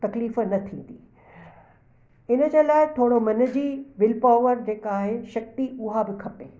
त तकलीफ़ न थींदी इन जे लाइ थोरो मन जी विलपॉवर जेका आहे शक्ती उहा बि खपे